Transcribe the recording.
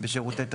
בשירותי תשלום.